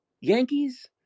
Yankees